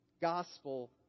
gospel